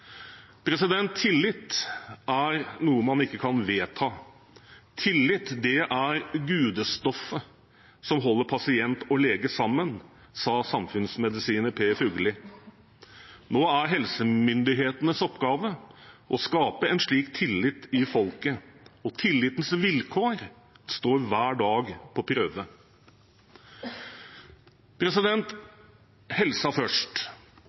Tillit er noe man ikke kan vedta. «Tillit er det gudestoffet som holder pasienten og legen sammen», sa samfunnsmedisiner Per Fugelli. Nå er helsemyndighetenes oppgave å skape en slik tillit i folket, og tillitens vilkår står hver dag på prøve. Helsen først,